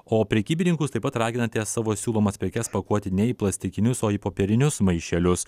o prekybininkus taip pat raginate savo siūlomas prekes pakuoti ne į plastikinius o į popierinius maišelius